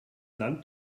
land